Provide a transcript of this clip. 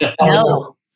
No